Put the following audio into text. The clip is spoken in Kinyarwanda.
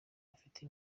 bafite